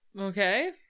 Okay